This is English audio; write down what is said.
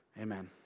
Amen